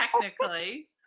technically